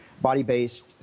body-based